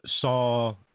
saw